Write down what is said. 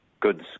Goods